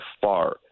far